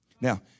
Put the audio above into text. Now